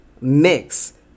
mix